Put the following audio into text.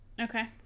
Okay